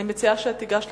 אני מציעה שתיגש למיקרופון.